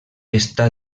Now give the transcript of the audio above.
està